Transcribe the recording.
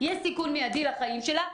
יש סיכון מידי לחיים שלה,